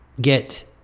get